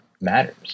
matters